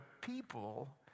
people